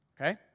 okay